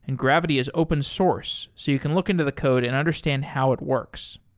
and gravity is open source so you can look into the code and understand how it works.